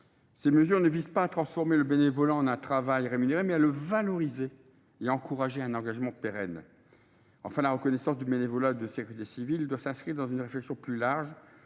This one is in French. telles mesures visent non pas à transformer le bénévolat en un travail rémunéré, mais à le valoriser et à encourager un engagement pérenne. La reconnaissance du bénévolat de sécurité civile doit s’inscrire dans une réflexion plus large